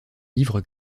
livres